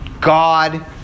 God